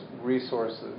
resources